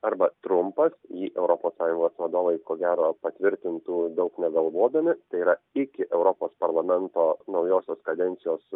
arba trumpas jį europos sąjungos vadovai ko gero patvirtintų daug negalvodami tai yra iki europos parlamento naujosios kadencijos